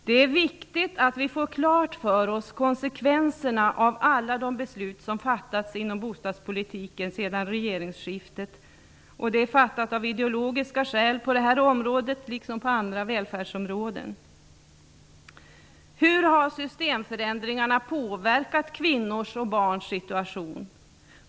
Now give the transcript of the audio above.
Det är viktigt att vi får klart för oss konsekvenserna av alla de beslut som fattats inom bostadspolitiken sedan regeringsskiftet. De är fattade av ideologiska skäl på det här området liksom på andra välfärdsområden. Hur har systemförändringarna påverkat kvinnors och barns situation?